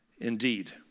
indeed